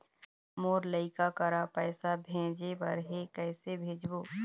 मोर लइका करा पैसा भेजें बर हे, कइसे भेजबो?